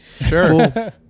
sure